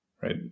right